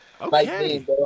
Okay